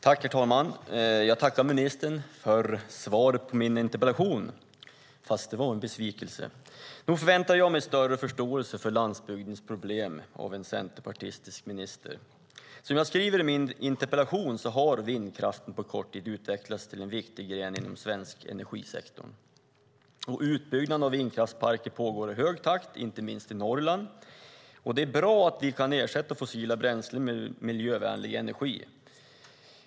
Herr talman! Jag tackar ministern för svaret på min interpellation, fast det var en besvikelse. Nog förväntar jag mig större förståelse för landsbygdens problem av en centerpartistisk minister. Som jag skriver i min interpellation har vindkraften på kort tid utvecklats till en viktig gren inom den svenska energisektorn. Utbyggnaden av vindkraftsparker pågår i hög takt, inte minst i Norrland. Det är bra att vi kan ersätta fossila bränslen med miljövänlig energi.